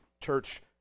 Church